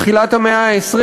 בתחילת המאה ה-20.